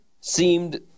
seemed